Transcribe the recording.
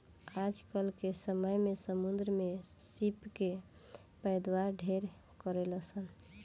आजकल के समय में समुंद्र में सीप के पैदावार ढेरे करेलसन